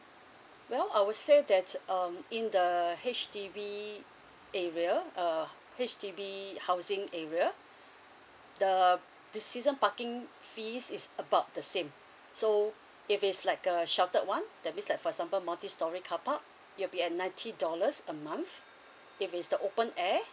well I would say that's um in the H_D_B area uh H_D_B housing area the this season parking fees is about the same so if it's like a sheltered one that means like for example multi storey car park you'll be at ninety dollars a month if is the open air